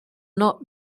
not